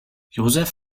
josef